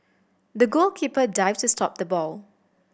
the goalkeeper dived to stop the ball